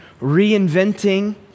reinventing